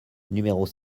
numéros